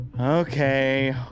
Okay